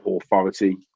authority